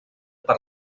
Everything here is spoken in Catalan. per